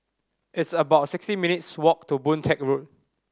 it's about sixty minutes' walk to Boon Teck Road